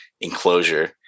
enclosure